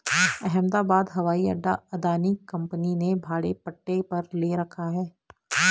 अहमदाबाद हवाई अड्डा अदानी कंपनी ने भाड़े पट्टे पर ले रखा है